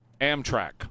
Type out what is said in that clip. Amtrak